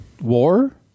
War